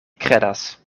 kredas